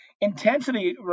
intensity